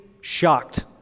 shocked